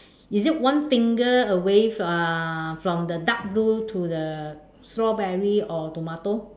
is it one finger away uh from the dark blue to the strawberry or tomato